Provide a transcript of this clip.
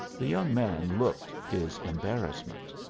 the young man looked his embarrassment.